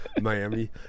Miami